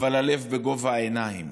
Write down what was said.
אבל הלב בגובה העיניים,